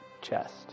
chest